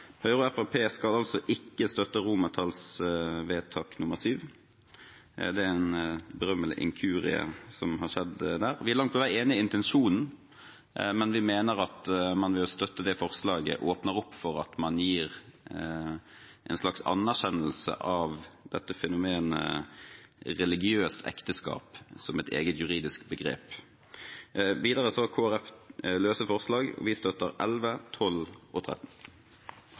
Høyre og Fremskrittspartiet skal ikke støtte forslag til vedtak VII, en berømmelig inkurie har skjedd der. Vi er langt på vei enig i intensjonen, men vi mener at vi ved å støtte det forslaget åpner opp for å gi en slags anerkjennelse av fenomenet «religiøst ekteskap» som et eget juridisk begrep. Videre har Kristelig Folkeparti løse forslag, og vi støtter forslagene nr. 11, 12 og 13.